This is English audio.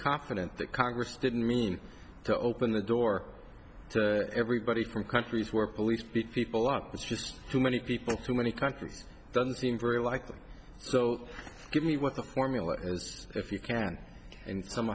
confident that congress didn't mean to open the door to everybody from countries where police beat people up it's just too many people too many countries doesn't seem very likely so give me what the formula is if you can and some